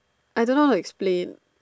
I don't know how to explain